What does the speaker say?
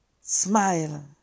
Smile